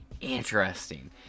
interesting